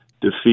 defeat